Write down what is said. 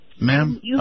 Ma'am